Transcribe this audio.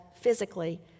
physically